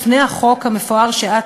לפני החוק המפואר שאת,